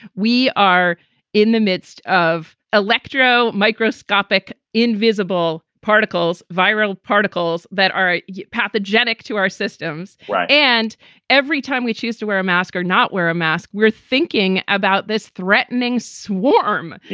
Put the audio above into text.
we are in the midst of electro microscopic invisible particles, viral particles that are yeah pathogenic to our systems. and every time we choose to wear a mask or not wear a mask, we're thinking about this threatening swarm.